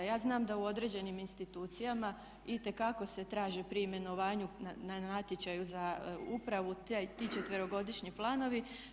Ja znam da u određenim institucijama itekako se traži pri imenovanju na natječaju za upravu ti 4-godišnji planovi.